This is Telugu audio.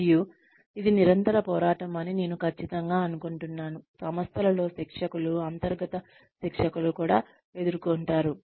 మరియు ఇది నిరంతర పోరాటం అని నేను ఖచ్చితంగా అనుకుంటున్నాను సంస్థలలో శిక్షకులు అంతర్గత శిక్షకులు కూడా ఎదుర్కొంటారు